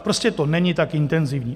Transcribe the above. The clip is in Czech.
Prostě to není tak intenzivní.